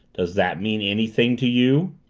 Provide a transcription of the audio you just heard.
does that mean anything to you?